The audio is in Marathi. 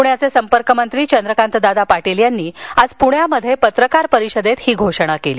पुण्याचे संपर्क मंत्री चंद्रकांतदादा पाटील यांनी आज पुण्यात पत्रकार परिषदेत ही घोषणा केली